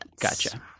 Gotcha